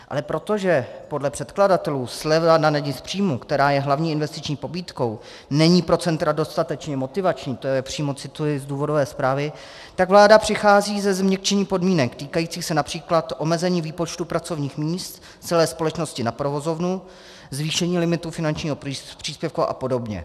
Ale protože podle předkladatelů sleva na dani z příjmu, která je hlavní investiční pobídkou, není pro centra dostatečně motivační přímo cituji z důvodové zprávy , tak vláda přichází se změkčením podmínek týkajících se například omezení výpočtu pracovních míst v celé společnosti na provozovnu, zvýšení limitu finančního příspěvku apod.